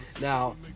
Now